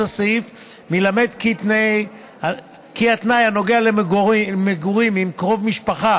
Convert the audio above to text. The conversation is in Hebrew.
הסעיף מלמד כי התנאי הנוגע למגורים עם קרוב משפחה